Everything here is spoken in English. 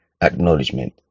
acknowledgement